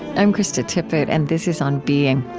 i'm krista tippett and this is on being.